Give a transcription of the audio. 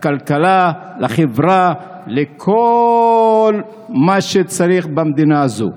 לכלכלה, לחברה, לכל מה שצריך במדינה הזו.